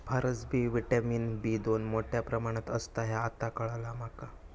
फारसबी vitamin B दोन मोठ्या प्रमाणात असता ह्या आता काळाला माका